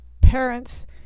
parents